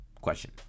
question